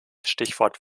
stichwort